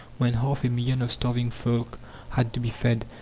when half a million of starving folk had to be fed,